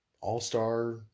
all-star